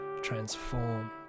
transformed